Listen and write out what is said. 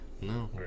No